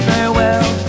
Farewell